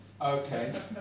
Okay